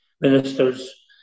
ministers